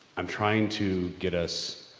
i'm trying to get us,